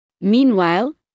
Meanwhile